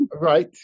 Right